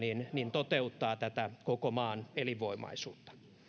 toteuttaa tätä koko maan elinvoimaisuutta